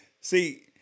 see